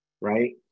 Right